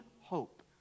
hope